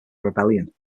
rebellion